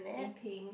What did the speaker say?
in pink